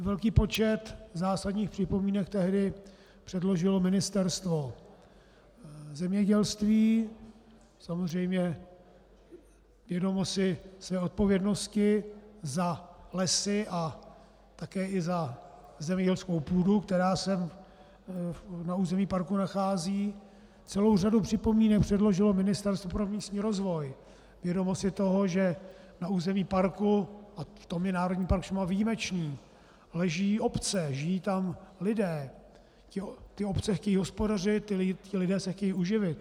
Velký počet zásadních připomínek tehdy předložilo Ministerstvo zemědělství, samozřejmě vědomo si své odpovědnosti za lesy a také za zemědělskou půdu, která se na území parku nachází, celou řadu připomínek předložilo Ministerstvo pro místní rozvoj, vědomo si toho, že na území parku, a v tom je Národní park Šumava výjimečný, leží obce, žijí tam lidé, ty obce chtějí hospodařit, ti lidé se chtějí uživit.